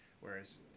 whereas